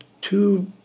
two